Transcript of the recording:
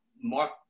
Mark